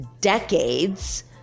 decades